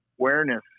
awareness